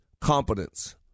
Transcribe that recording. competence